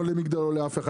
לא למגדל ולא לאף אחד.